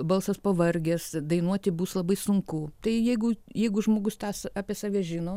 balsas pavargęs dainuoti bus labai sunku tai jeigu jeigu žmogus tas apie save žino